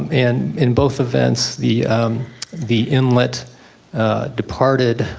um in in both events the the inlet departed,